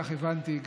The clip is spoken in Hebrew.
כך הבנתי,